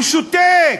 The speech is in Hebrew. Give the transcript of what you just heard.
הוא שותק,